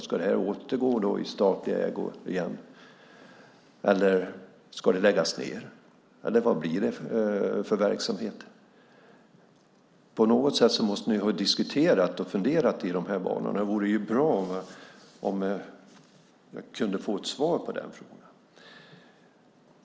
Ska det återgå i statlig ägo eller ska det läggas ned? Eller vad blir det för verksamhet? På något sätt måste ni ha diskuterat och funderat i de banorna. Det vore bra om jag kunde få ett svar på den frågan.